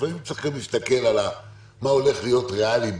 לפעמים צריך גם להסתכל מה הולך להיות ריאלי,